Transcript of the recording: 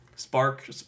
Spark